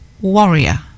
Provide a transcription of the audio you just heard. warrior